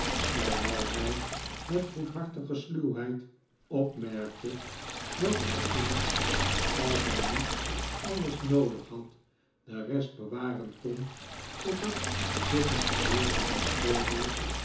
terwijl hij met goedhartige sluwheid opmerkte dat hij immers als hij niet alles noodig had de rest bewaren kon tot er zich een gelegenheid voordeed